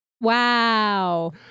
Wow